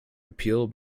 appeal